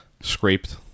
scraped